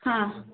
ಹಾಂ